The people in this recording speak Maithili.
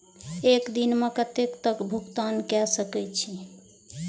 एक दिन में कतेक तक भुगतान कै सके छी